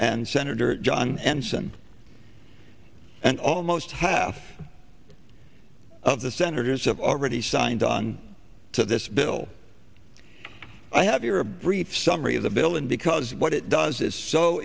and senator john ensign and almost half of the senators have already signed on to this bill i have here a brief summary of the bill and because what it does is so